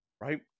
right